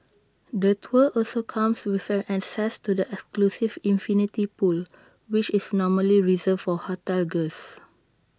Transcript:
the tour also comes with an access to the exclusive infinity pool which is normally reserved for hotel guests